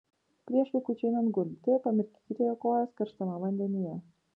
prieš vaikučiui einant gulti pamirkykite jo kojas karštame vandenyje